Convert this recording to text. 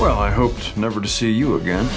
well i hope never to see you again